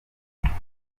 umuntu